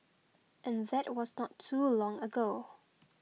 and that was not too long ago